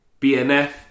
BNF